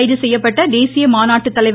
கைது செய்யப்பட்ட தேசிய மாநாட்டு தலைவர்